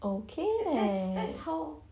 okay